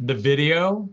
the video?